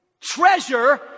treasure